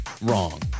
wrong